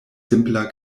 simpla